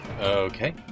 Okay